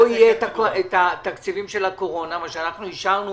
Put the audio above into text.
לא יהיו תקציבי הקורונה, מה שאנחנו אישרנו